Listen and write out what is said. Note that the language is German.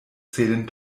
zählen